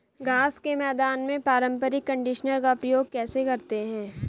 घास के मैदान में पारंपरिक कंडीशनर का प्रयोग कैसे करते हैं?